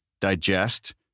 digest